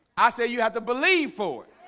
i said you have to believe for